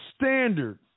standard